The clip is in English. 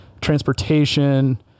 transportation